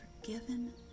forgiven